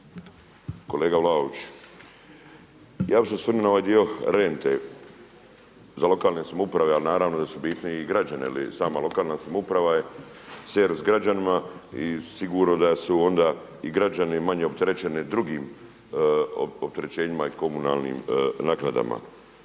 Kolega Vlaović, ja bi se osvrnuo na ovaj dio rente za lokalne samouprave, ali naravno da su bitni i građani jeli sama lokalna samouprava je servis građanima i sigurno da su onda i građani manje opterećeni drugim opterećenjima i komunalnim naknadama.